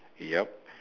yup